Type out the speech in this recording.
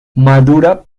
madura